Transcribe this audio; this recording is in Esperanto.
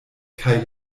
kaj